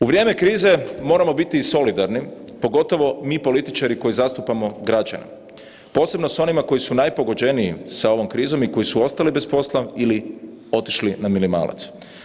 U vrijeme krize moramo biti solidarni, pogotovo mi političari koji zastupamo građane, posebno s onima koji su najpogođeniji s ovom krizom i koji su ostali bez posla ili otišli na minimalac.